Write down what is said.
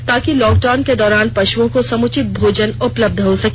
ताकि लॉकडाउन के दौरान पशुओं को समुचित भोजन उपलब्ध हो सके